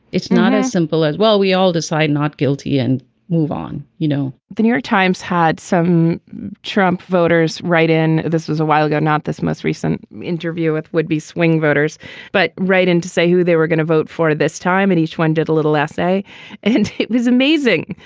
it's not as simple as well we all decide not guilty and move on you know the new york times had some trump voters write in. this was a while ago not this most recent interview with would be swing voters but right in to say who they were going to vote for this time and each one did a little essay and it was amazing.